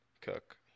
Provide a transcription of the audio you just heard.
Cook